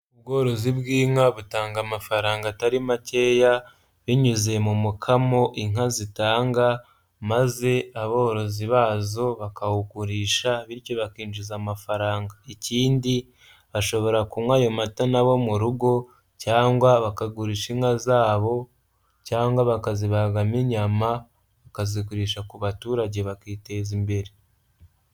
Ubworozi bw'inka butanga amafaranga atari makeya, binyuze mu mokamo inka zitanga maze aborozi bazo bakawugurisha bityo bakinjiza amafaranga, ikindi bashobora kunywa ayo mata n'abo mu rugo, cyangwa bakagurisha inka zabo, cyangwa bakazibagamo inyama bakazigurisha ku baturage bakiteza imbere.